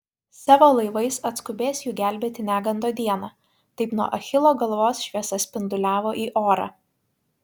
savo laivais atskubės jų gelbėti negando dieną taip nuo achilo galvos šviesa spinduliavo į orą